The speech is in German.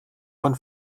von